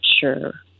sure